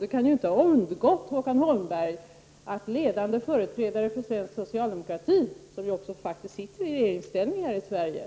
Det kan inte ha undgått Håkan Holmberg att ledande företrädare för svensk socialdemokrati, som ju också sitter i regeringsställning här i Sverige,